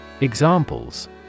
Examples